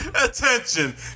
attention